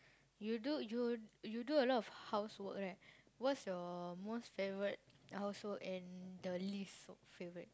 you do you you do a lot housework right what's your most favourite house work and the least favourite